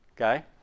okay